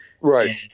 Right